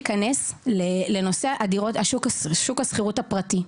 זה שאנחנו צריכים להיכנס לנושא שוק השכירות הפרטי.